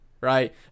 right